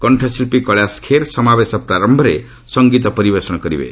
କଣ୍ଠଶିଳ୍ପୀ କୈଳାଶ ଖେର ସମାବେଶ ପ୍ରାରୟରେ ସଙ୍ଗୀତ ପରିଷେଣ କରିବେ